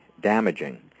damaging